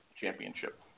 championship